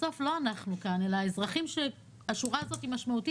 בסוף לא אנחנו כאן אלא האזרחים שהשורה הזאת היא משמעותית עבורם.